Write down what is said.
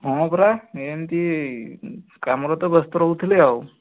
ହଁ ପରା ଏମିତି କାମରେ ତ ବ୍ୟସ୍ତ ରହୁଥିଲି ଆଉ